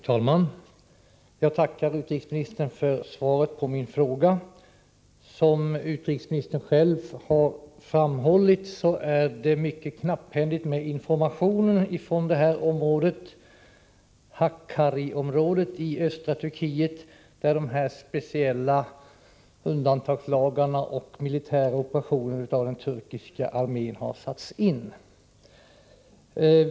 Fru talman! Jag tackar utrikesministern för svaret på min fråga. Som utrikesministern själv har framhållit är informationen från Hakkari-området i östra Turkiet mycket knapphändig. I detta område har undantagslagar utfärdats och militära operationer satts in av den turkiska armén.